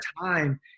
time